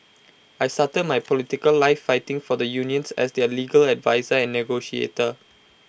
I started my political life fighting for the unions as their legal adviser and negotiator